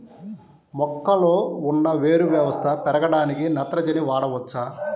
మొక్కలో ఉన్న వేరు వ్యవస్థ పెరగడానికి నత్రజని వాడవచ్చా?